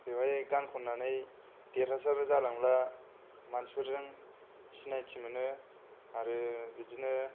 बेवहाय गान खननानै देरहासारफोर जालांबा मानसिफोरजों सिनायथि मोनो आरो बिदिनो